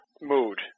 mood